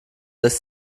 lässt